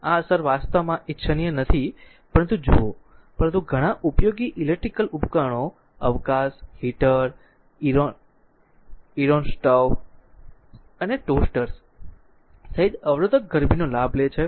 આ અસર વાસ્તવમાં ઇચ્છનીય નથી પરંતુ જુઓ પરંતુ ઘણા ઉપયોગી ઈલેક્ટ્રીકલ ઉપકરણો અવકાશ હીટર ઇરોન સ્ટોવ અને ટોસ્ટર્સ સહિત અવરોધક ગરમીનો લાભ લે છે